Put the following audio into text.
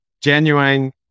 genuine